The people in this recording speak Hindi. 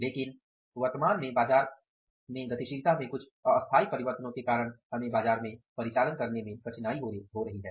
लेकिन वर्तमान में बाजार गतिशीलता में कुछ अस्थायी परिवर्तनों के कारण हमे बाजार में परिचालन करने में कठिनाई हो रही है